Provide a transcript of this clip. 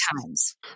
times